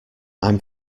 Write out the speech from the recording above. i’m